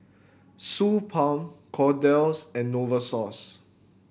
Suu Balm Kordel's and Novosource